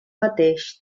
mateix